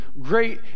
Great